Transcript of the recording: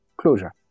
Closure